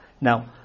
Now